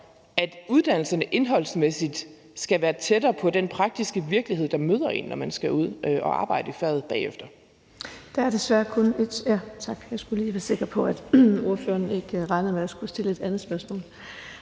at uddannelserne indholdsmæssigt skal være tættere på den praktiske virkelighed, der møder en, når man skal ud og arbejde i faget bagefter.